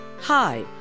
Hi